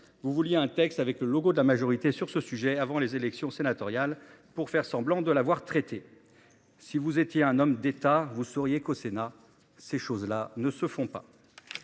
Vous vouliez un texte avec le logo de la majorité sur ce sujet avant les élections sénatoriales pour faire semblant de l'avoir traité. Si vous étiez un homme d'État, vous sauriez qu'au Sénat ces choses-là ne se font pas.